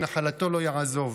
ונחלתו לא יעזֹב".